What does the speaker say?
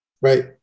right